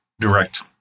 direct